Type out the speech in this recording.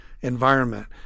environment